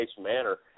manner